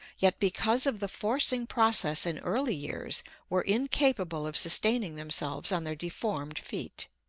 yet because of the forcing process in early years were incapable of sustaining themselves on their deformed feet.